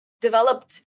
developed